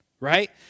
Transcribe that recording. right